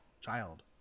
child